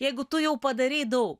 jeigu tu jau padarei daug